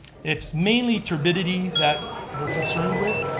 it's mainly turbidity that we're concerned with,